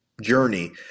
journey